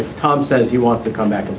tom says he wants to come back